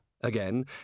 again